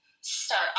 start